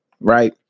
right